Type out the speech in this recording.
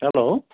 hello